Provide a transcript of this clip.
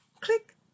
click